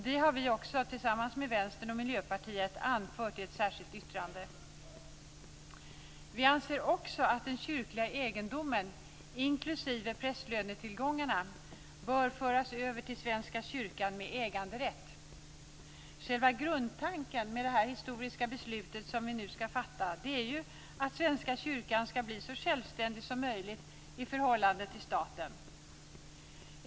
Det har vi också, tillsammans med Vänstern och Vi anser också att den kyrkliga egendomen inklusive prästlönetillgångarna bör föras över till Svenska kyrkan med äganderätt. Själva grundtanken med det historiska beslut som vi nu skall fatta är att Svenska kyrkan skall bli så självständig som möjligt i förhållande till staten.